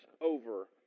over